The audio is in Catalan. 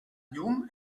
llum